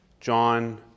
John